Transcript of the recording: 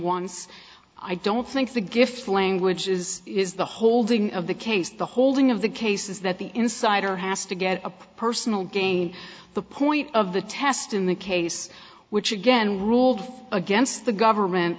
once i don't think the gift of languages is the holding of the case the holding of the case is that the insider has to get a personal gain the point of the test in the case which again ruled against the government